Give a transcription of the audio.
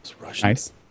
Nice